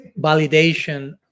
validation